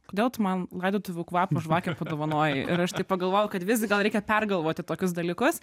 kodėl tu man laidotuvių kvapo žvakę padovanojai ir aš taip pagalvojau kad visgi gal reikia pergalvoti tokius dalykus